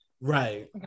Right